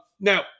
now